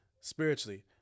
Spiritually